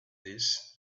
this